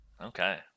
Okay